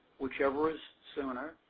whichever is sooner,